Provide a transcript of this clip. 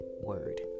word